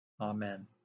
Amen